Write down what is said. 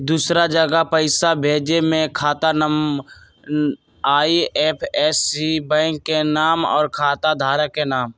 दूसरा जगह पईसा भेजे में खाता नं, आई.एफ.एस.सी, बैंक के नाम, और खाता धारक के नाम?